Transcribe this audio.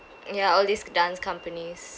ya all these dance companies